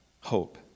hope